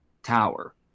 tower